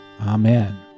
Amen